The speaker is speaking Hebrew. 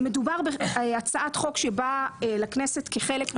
העברת הצעת חוק לוועדת הכנסת לקביעת ועדה.